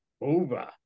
over